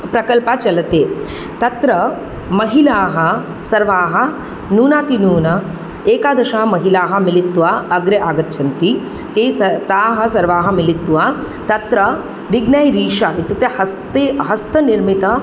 प्रकल्पः चलति तत्र महिलाः सर्वाः न्यूनातिन्यूनम् एकादशा महिलाः मिलित्वा अग्रे आगच्छन्ति ते सर्व् ताः सर्वाः मिलित्वा तत्र रिग्नाई रीषा इत्युक्ते हस्ते हस्तनिर्मित